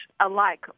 alike